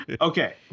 Okay